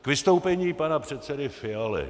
K vystoupení pana předsedy Fialy.